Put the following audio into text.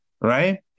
right